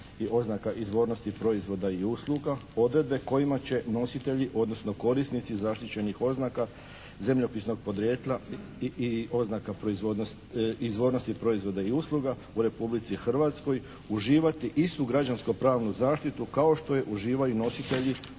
i oznaka izvornosti proizvoda i usluga, odredbe kojima će nositelji odnosno korisnici zaštićenih oznaka zemljopisnog podrijetla i oznaka izvornosti proizvoda i usluga u Republici Hrvatskoj uživati istu građansko-pravnu zaštitu, kao što je uživaju i nositelji